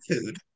food